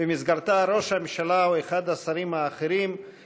ובמסגרתה ראש הממשלה או אחד השרים יוזמן,